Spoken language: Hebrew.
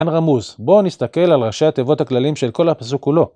תן רמוס, בוא נסתכל על ראשי התיבות הכלליים של כל הפסוק כולו.